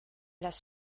das